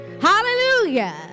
hallelujah